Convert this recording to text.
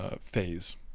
phase